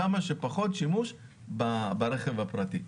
כמה שפחות שימוש ברכב הפרטי.